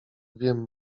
wiem